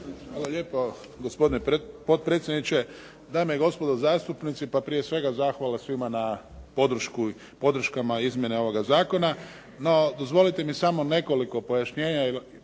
Hvala lijepo gospodine potpredsjedniče, dame i gospodo zastupnici, pa prije svega zahvala svima na podrškama o izmjenama ovoga zakona, no dozvolite mi samo nekoliko pojašnjenja